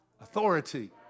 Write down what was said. Authority